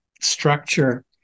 structure